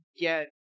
get